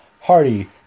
Hardy